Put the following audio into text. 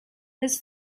his